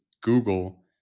google